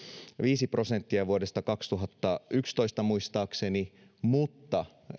viisi prosenttia vuodesta kaksituhattayksitoista muistaakseni mutta